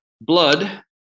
Blood